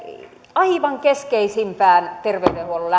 aivan keskeisimpään terveydenhuollon